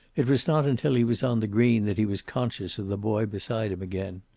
it was not until he was on the green that he was conscious of the boy beside him again.